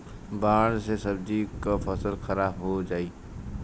बाढ़ से सब्जी क फसल खराब हो जाई